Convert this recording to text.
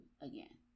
again